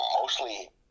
mostly